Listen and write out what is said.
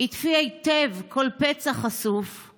עטפי היטב כל פצע חשוף /